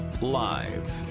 Live